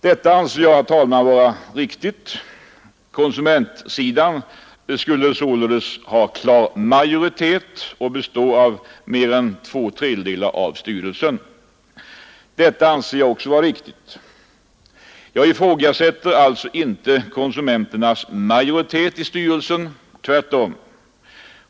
Detta anser jag vara riktigt. Konsumentsidan skulle således ha klar majoritet och utgöra mer än två tredjedelar av styrelsen. Detta anser jag också vara riktigt. Jag ifrågasätter alltså inte konsumenternas majoritet i styrelsen, tvärtom.